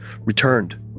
returned